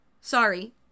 sorry